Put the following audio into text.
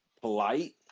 polite